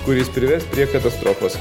kuris prives prie katastrofos